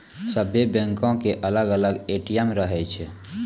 सभ्भे बैंको के अलग अलग ए.टी.एम रहै छै